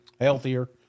Healthier